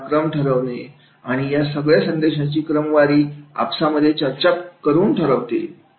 त्याचा क्रम ठरवणे आणि या सगळ्या संदेशाची क्रमवारी आपसामध्ये चर्चा करून ठरवतील